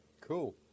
cool